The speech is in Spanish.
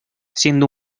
siendo